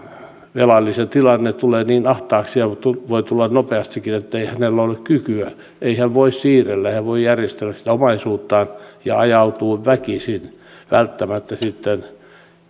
velallisen tilanne tulee niin ahtaaksi ja voi tulla nopeastikin ettei hänellä ole kykyä ei hän voi siirrellä ei hän voi järjestellä sitä omaisuuttaan ja ajautuu väkisin välttämättä sitten